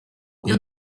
iyo